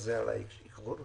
לכבודו.